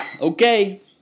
Okay